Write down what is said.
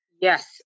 Yes